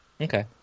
Okay